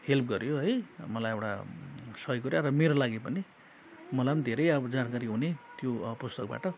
help गर्यो है मलाई एउटा सही कुरा र मेरो लागि पनि मलाई पनि धेरै अब जानकारी हुने त्यो पुस्तकबाट